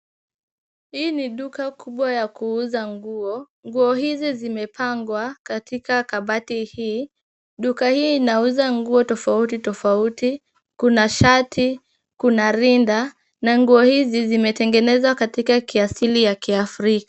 Hii ni duka kubwa ya kuuza nguo, nguo hizi zimepangwa katika kabati hii. Duka hii inauza nguo tofauti tofauti, kuna shati, kuna rinda na nguo hizi zimetengenezwa katika kiasili ya kiafrika.